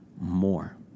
more